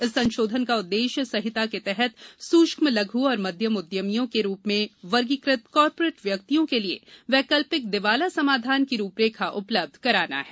इस संशोधन का उद्देश्य संहिता के तहत सूक्ष्म लघु और मध्यम उद्यमियों के रूप में वर्गीकृत कॉर्पोरेट व्यक्तियों के लिए वैकल्पिक दिवाला समाधान की रूपरेखा उपलब्ध कराना है